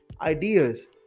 ideas